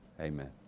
Amen